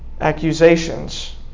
accusations